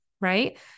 right